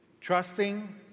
trusting